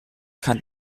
kann